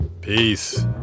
Peace